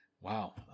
Wow